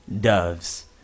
doves